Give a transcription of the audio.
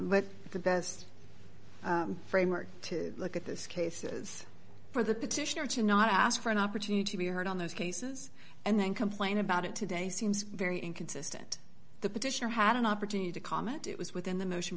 but the best framework to look at this case is for the petitioner to not ask for an opportunity to be heard on those cases and then complain about it today seems very inconsistent the petitioner had an opportunity to comment it was within the motion